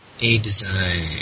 A-Design